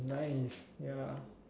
nice ya